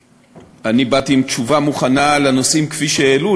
באתי עם תשובה מוכנה לנושאים כפי שהועלו,